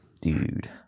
Dude